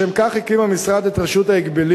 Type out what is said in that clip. לשם כך הקים המשרד את רשות ההגבלים